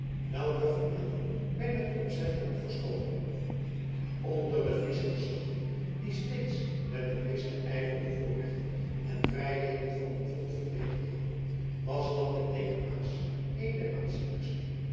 welker vermelding wij met opzet hebben verschoven onder de friesche geslachten die steeds met den meesten ijver de voorrechten en vrijheden van hun volk verdedigd hadden was dat der dekama's een der aanzienlijkste